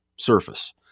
surface